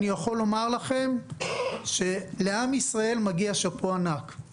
אני יכול לומר לכם שלעם ישראל מגיע שאפו ענק,